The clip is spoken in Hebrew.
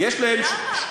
למה?